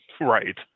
Right